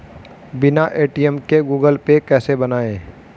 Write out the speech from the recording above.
बिना ए.टी.एम के Google Pay कैसे बनायें?